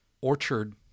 orchard